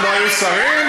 לא היו שרים?